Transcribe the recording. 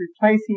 replacing